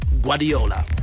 Guardiola